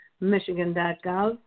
Michigan.gov